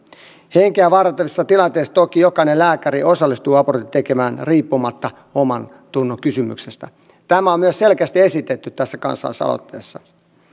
henkeä vaarantavissa tilanteissa toki jokainen lääkäri osallistuu abortin tekemiseen riippumatta omantunnonkysymyksestä tämä on myös selkeästi esitetty tässä kansalaisaloitteessa